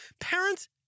Parents